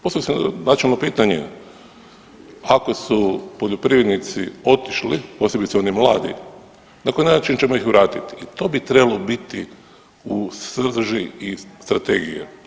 Postavlja se načelno pitanje ako su poljoprivrednici otišli posebice oni mladi na koji način ćemo ih vratiti i to bi trebalo biti u srži i strategije.